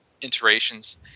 iterations